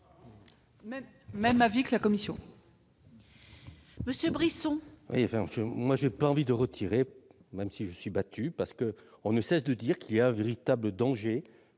Même avis que la commission. Monsieur Brisson,